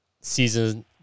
season